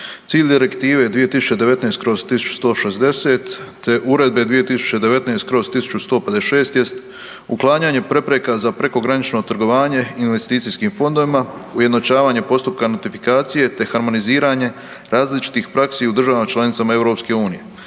Cilj Direktive 2019/1160 te Uredbe 2019/1156 jest uklanjanje prepreka za prekogranično trgovanje investicijskim fondovima, ujednačavanje postupka notifikacije te harmoniziranje različitih praksi u državama članicama EU,